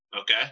Okay